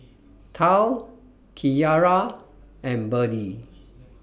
Tal Kyara and Berdie